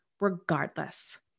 regardless